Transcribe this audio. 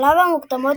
שלב המוקדמות,